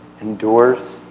endures